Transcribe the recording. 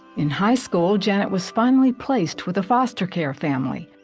in high school janet was finally placed with a foster care family.